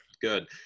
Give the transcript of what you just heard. good